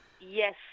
Yes